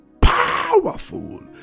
powerful